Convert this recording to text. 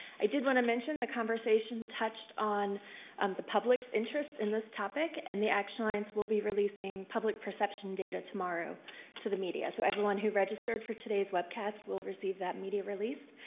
i did want to mention, the conversation touched on um the public's interest in this topic, and the action alliance will be releasing public perception data tomorrow to the media. so, everyone who registered for today's webcast will receive that media release.